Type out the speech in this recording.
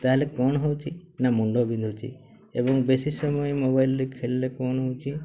ତାହେଲେ କ'ଣ ହେଉଛି ନା ମୁଣ୍ଡ ବିନ୍ଧୁଛି ଏବଂ ବେଶୀ ସମୟ ମୋବାଇଲ୍ରେ ଖେଳିଲେ କ'ଣ ହେଉଛି